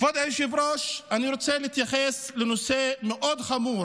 כבוד היושב-ראש, אני רוצה להתייחס לנושא מאוד חמור